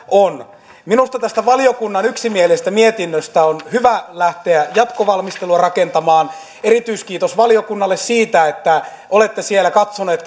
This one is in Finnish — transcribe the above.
on minusta tästä valiokunnan yksimielisestä mietinnöstä on hyvä lähteä jatkovalmistelua rakentamaan erityiskiitos valiokunnalle siitä että olette siellä katsoneet